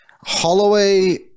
Holloway